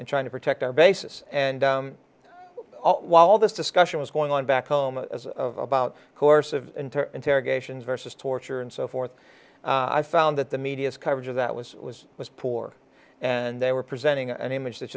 and trying to protect our bases and while this discussion was going on back home as of about course of interrogations versus torture and so forth i found that the media's coverage of that was was poor and they were presenting an image that